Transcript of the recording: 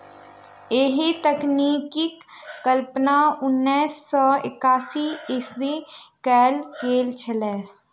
एहि तकनीकक कल्पना उन्नैस सौ एकासी ईस्वीमे कयल गेल छलै